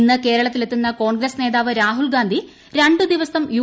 ഇന്ന് കേരളത്തിലെത്തുന്ന കോൺഗ്രസ് നേതാവ് രാഹുൽ ഗാന്ധി രുണ്ട്ടു ദിവസം യു